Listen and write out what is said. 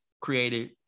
created